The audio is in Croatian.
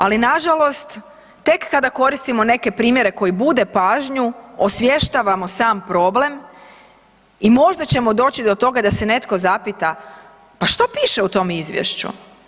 Ali nažalost tek kada koristimo neke primjere koji bude pažnju, osvještavamo sam problem i možda ćemo doći do toga da se netko zapita „Pa što piše u tom izvješću?